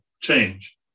change